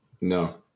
No